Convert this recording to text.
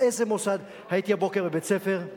הייתי הבוקר בבית-ספר,